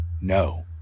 no